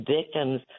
victims